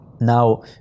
Now